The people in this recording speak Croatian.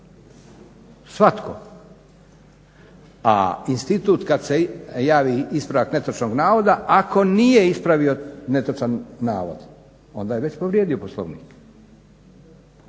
svatko, a institut kad se javi ispravak netočnog navoda ako nije ispravio netočan navod onda je već povrijedio Poslovnik.